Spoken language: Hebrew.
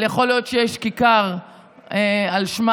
אבל יכול להיות שיש עכשיו כיכר על שמה